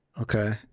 Okay